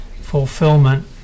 fulfillment